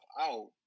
out